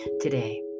today